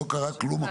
לא קרה כלום,